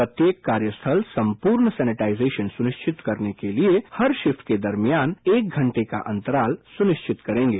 प्रत्येक कार्य स्थल संपूर्ण सैनिटाइजेशन सुनिश्चित करने के लिए हर शिफ्ट के दरमियान एक घंटे का अंतराल सुनिश्चित करेंगे